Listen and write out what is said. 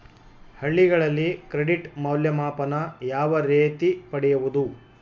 ಹಳ್ಳಿಗಳಲ್ಲಿ ಕ್ರೆಡಿಟ್ ಮೌಲ್ಯಮಾಪನ ಯಾವ ರೇತಿ ಪಡೆಯುವುದು?